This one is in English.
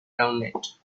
rounded